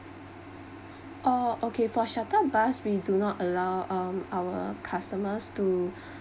oh okay for shuttle bus we do not allow um our customers to